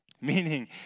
meaning